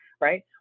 right